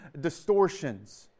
distortions